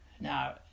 Now